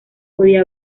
podía